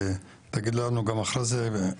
תגיד לנו גם אחרי זה,